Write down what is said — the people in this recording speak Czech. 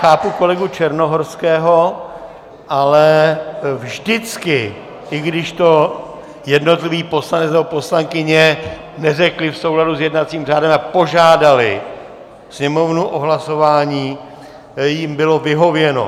Chápu kolegu Černohorského, ale vždycky, i když to jednotlivý poslanec nebo poslankyně neřekli v souladu s jednacím řádem a požádali Sněmovnu o hlasování, bylo jim vyhověno.